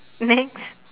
next